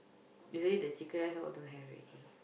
yesterday the chicken rice all don't have already